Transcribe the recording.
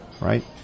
Right